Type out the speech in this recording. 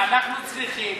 מה אנחנו צריכים.